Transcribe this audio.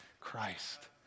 Christ